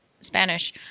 Spanish